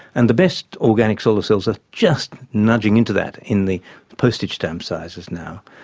and the best organic solar cells are just nudging into that in the postage stamp sizes now,